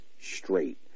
straight